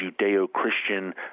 Judeo-Christian